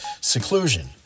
seclusion